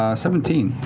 ah seventeen.